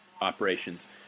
operations